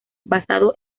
basado